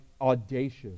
audacious